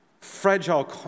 fragile